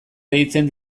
deitzen